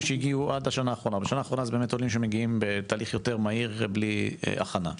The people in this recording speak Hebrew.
בשנה האחרונה באמת העולים מגיעים בתהליך יותר מהיר ובלי הכנה.